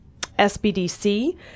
SBDC